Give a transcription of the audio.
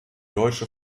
deutsche